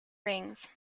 rings